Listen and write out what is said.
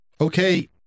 Okay